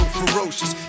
ferocious